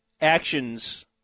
actions